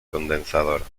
condensador